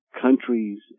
countries